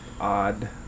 Odd